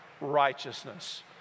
righteousness